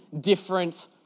different